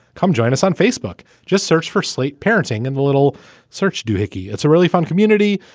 come join us on facebook. just search for slate parenting and the little search doo hickey. it's a really fun community.